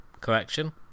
collection